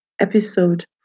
Episode